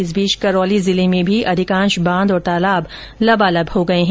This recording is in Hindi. इस बीच करौली जिले में भी अधिकांश बांध और तालाब लबालब हो गये हैं